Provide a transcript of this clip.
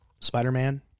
Spider-Man